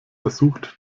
versucht